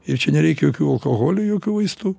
ir čia nereikia jokių alkoholių jokių vaistų